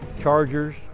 chargers